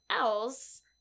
else